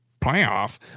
Playoff